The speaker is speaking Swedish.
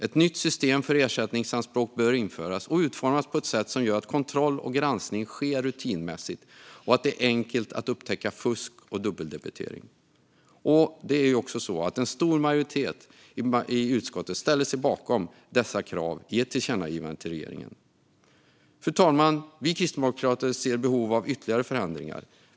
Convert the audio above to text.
Ett nytt system för ersättningsanspråk bör införas och utformas på ett sätt som gör att kontroll och granskning sker rutinmässigt och att det är enkelt att upptäcka fusk och dubbeldebitering. En stor majoritet i utskottet ställer sig också bakom dessa krav i ett förslag till tillkännagivande till regeringen. Fru talman! Vi kristdemokrater ser behov av ytterligare förändringar.